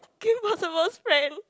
Kim Possible's friend